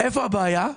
איפה הבעיה?